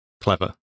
clever